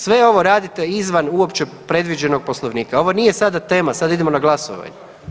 Sve ovo radite izvan, uopće predviđenog Poslovnika, ovo nije sada tema, sada idemo na glasovanje.